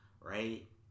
right